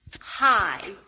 Hi